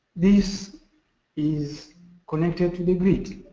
this is connected to the grid.